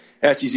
sec